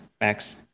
max